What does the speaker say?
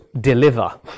deliver